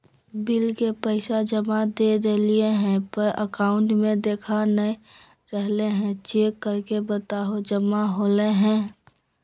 Bill के पैसा जमा कर देलियाय है पर अकाउंट में देखा नय रहले है, चेक करके बताहो जमा होले है?